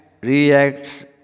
reacts